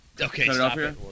okay